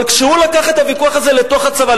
אבל כשהוא לקח את הוויכוח הזה לתוך הצבא,